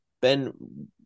Ben